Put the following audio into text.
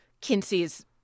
Kinsey's